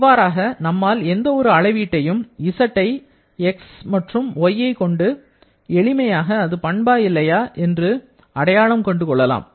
இவ்வாறாக நம்மால் எந்த ஒரு அளவீட்டையும் z ஐ x மற்றும் y ஐ கொண்டு எளிமையாக அது பண்பா இல்லையா என்று அடையாளம் கண்டு கொள்ளலாம்